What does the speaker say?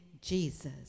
jesus